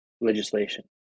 legislation